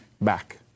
back